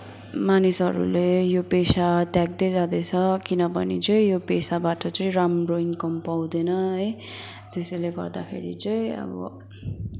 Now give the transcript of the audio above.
मानिसहरूले यो पेसा त्याग्दै जाँदैछ किनभने चाहिँ यो पेसाबाट चाहिँ राम्रो इन्कम पाउँदैन है त्यसैले गर्दाखेरि चाहिँ अब